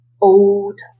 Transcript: old